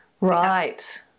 Right